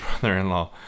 brother-in-law